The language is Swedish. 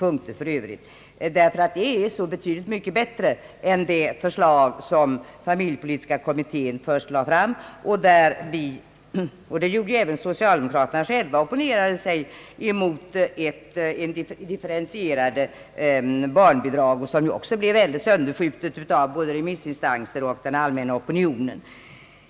Det är betydligt mycket bättre än det förslag om differentierade barnbidrag som familjepolitiska kommittén först lade fram och som även socialdemokraterna själva opponerade sig emot och som ju också blev i hög grad sönderskjutet av både remissinstanserna och den allmänna opinionen.